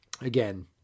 again